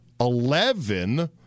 eleven